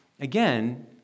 again